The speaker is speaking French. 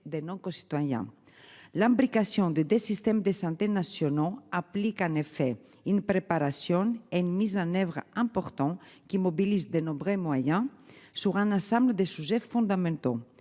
des noms qu'citoyens. L'implication des des systèmes de santé nationaux appliquent en effet il ne préparation et de mise en oeuvre important qui mobilise dénombré moyen jouera ensemble des sujets fondamentaux